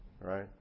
Right